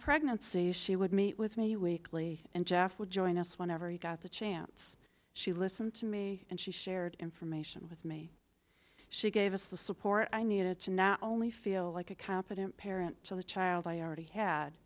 pregnancy she would meet with me weekly and jeff would join us whenever he got the chance she listened to me and she shared information with me she gave us the support i needed to not only feel like a competent parent to the child i already had